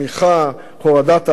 הורדת האבטלה,